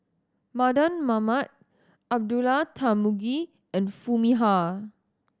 Mardan Mamat Abdullah Tarmugi and Foo Mee Har